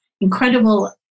incredible